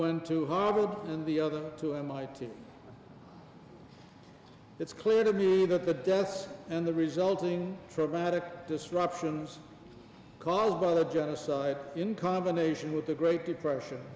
went to harvard and the other two mit it's clear to me that the deaths and the resulting traumatic disruptions caused by the genocide in combination with the great depression